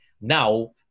Now